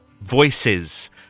voices